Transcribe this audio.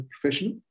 professional